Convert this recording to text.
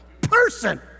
person